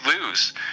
lose